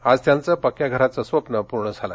आज त्यांचं पक्क्या घराचं स्वप्न पूर्ण झालं